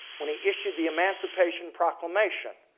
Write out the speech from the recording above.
when he issued the emancipation proclamation.